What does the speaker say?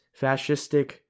fascistic